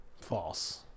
false